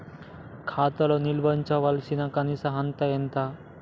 ఖాతా లో నిల్వుంచవలసిన కనీస అత్తే ఎంత?